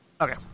Okay